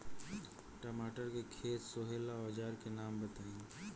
टमाटर के खेत सोहेला औजर के नाम बताई?